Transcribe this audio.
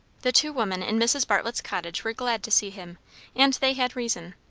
the two women in mrs. bartlett's cottage were glad to see him and they had reason.